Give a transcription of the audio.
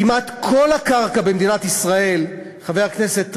כמעט כל הקרקע במדינת ישראל, חבר הכנסת ריבלין,